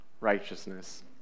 righteousness